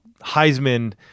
Heisman